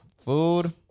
food